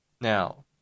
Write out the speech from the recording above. Now